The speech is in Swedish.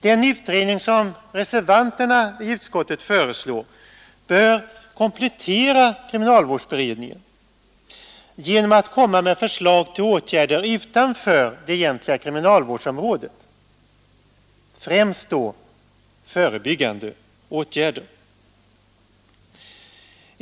Den utredning som reservanterna i utskottet föreslår bör komplettera kriminalvårdsberedningen genom att komma med förslag till åtgärder utanför det egentliga kriminalvårdsområdet, främst då förebyggande åtgärder.